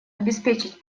обеспечить